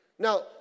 Now